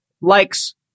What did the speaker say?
likes